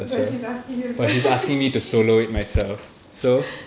but she's asking you to do it